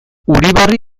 uribarri